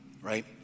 right